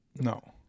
no